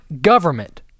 government